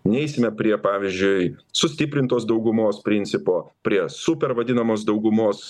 neisime prie pavyzdžiui sustiprintos daugumos principo prie super vadinamos daugumos